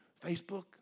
Facebook